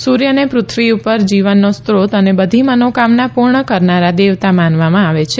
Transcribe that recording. સુર્યને પૃથ્વી પર જીવનનો સ્ત્રોત અને બધી મનોકામના પુર્ણ કરનારા દેવતા માનવામાં આવે છે